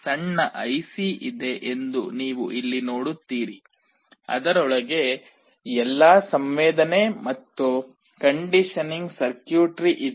ಸಣ್ಣ ಐಸಿ ಇದೆ ಎಂದು ನೀವು ಇಲ್ಲಿ ನೋಡುತ್ತೀರಿ ಅದರೊಳಗೆ ಎಲ್ಲಾ ಸಂವೇದನೆ ಮತ್ತು ಕಂಡೀಷನಿಂಗ್ ಸರ್ಕ್ಯೂಟ್ರಿ ಇದೆ